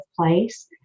place